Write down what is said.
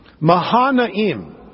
Mahanaim